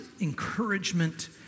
encouragement